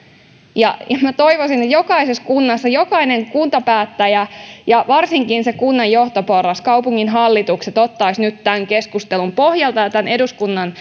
minä toivoisin että jokaisessa kunnassa jokainen kuntapäättäjä ja varsinkin se kunnan johtoporras kaupunginhallitukset ottaisivat nyt tämän keskustelun pohjalta ja tämän eduskunnan